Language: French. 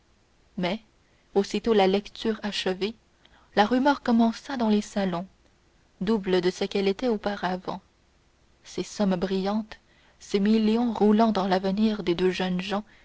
mais aussitôt la lecture achevée la rumeur recommença dans les salons double de ce qu'elle était auparavant ces sommes brillantes ces millions roulant dans l'avenir des deux jeunes gens